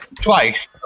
twice